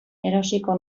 erosiko